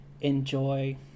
enjoy